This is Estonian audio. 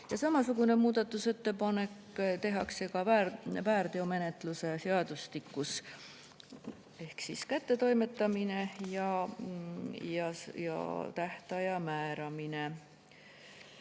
Ja samasugune muudatusettepanek tehakse ka väärteomenetluse seadustikus. Ehk siis kättetoimetamine ja tähtaja määramine.